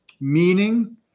meaning